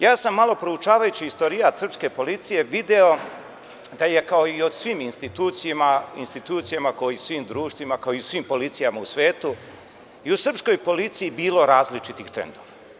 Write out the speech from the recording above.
Ja sam malo proučavajući istorijat srpske policije video da je, kao i u svim institucijama, kao i u svim društvima, kao i u svim policijama u svetu, i u srpskoj policiji bilo različitih trendova.